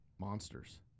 monsters